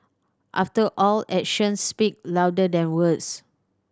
after all actions speak louder than words